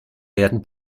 werden